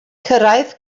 cyrraedd